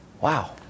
wow